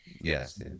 Yes